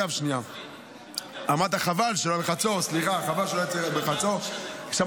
אגב, אמרת: חבל שלא היו בחצור, סליחה.